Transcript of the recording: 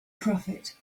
prophet